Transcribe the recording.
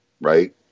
right